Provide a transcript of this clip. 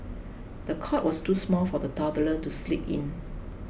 the cot was too small for the toddler to sleep in